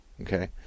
Okay